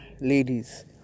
ladies